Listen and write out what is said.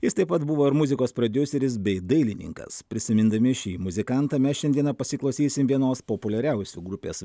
jis taip pat buvo ir muzikos prodiuseris bei dailininkas prisimindami šį muzikantą mes šiandieną pasiklausysime vienos populiariausių grupės